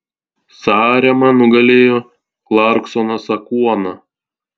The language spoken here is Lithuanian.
sarema nugalėjo klarksoną sakuoną